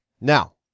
Now